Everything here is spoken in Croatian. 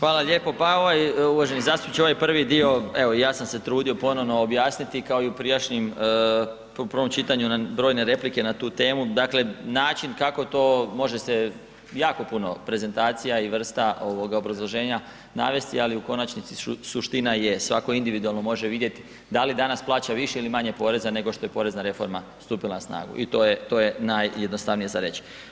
Hvala lijepo, pa ovaj, uvaženi zastupniče ovaj prvi dio evo i ja sam se trudio ponovno objasniti kao i u prijašnjim, u prvom čitanju na brojne replike na tu temu, dakle način kako to može se jako puno prezentacija i vrsta ovoga obrazloženja navesti, ali u konačnici suština je svatko individualno može vidjeti da li danas plaća više ili manje poreza nego što je porezna reforma stupila na snagu i to je, to je najjednostavnije za reći.